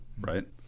right